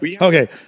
okay